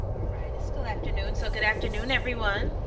right, it's still afternoon. so good afternoon, everyone.